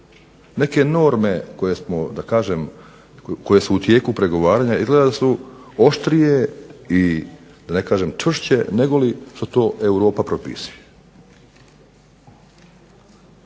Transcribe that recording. kažem koje su u tijeku pregovaranja izgleda da su oštrije i da ne kažem čvršće negoli što to Europa propisuje.